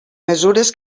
mesures